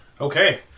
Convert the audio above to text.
Okay